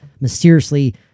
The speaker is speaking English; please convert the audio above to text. mysteriously